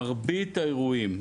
מרבית האירועים,